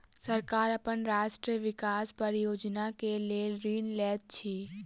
सरकार अपन राष्ट्रक विकास परियोजना के लेल ऋण लैत अछि